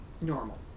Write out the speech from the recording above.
normal